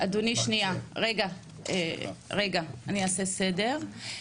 רגע אדוני, שנייה, אני אעשה סדר.